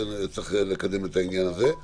צריך לקדם את העניין הזה.